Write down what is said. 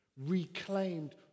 Reclaimed